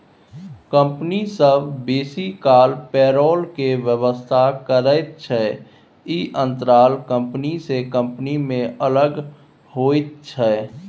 company सब बेसी काल पेरोल के व्यवस्था करैत छै, ई अंतराल कंपनी से कंपनी में अलग अलग होइत छै